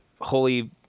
holy